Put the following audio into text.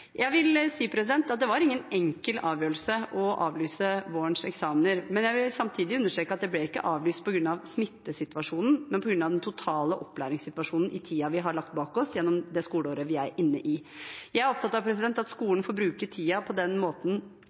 Jeg vil si at det var ingen enkel avgjørelse å avlyse vårens eksamener, men jeg vil samtidig understreke at de ble ikke avlyst på grunn av smittesituasjonen, men på grunn av den totale opplæringssituasjonen i tiden vi har lagt bak oss i det skoleåret vi er inne i. Jeg er opptatt av at skolen får bruke tiden på den måten